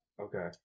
Okay